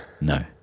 No